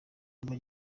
numva